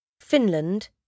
Finland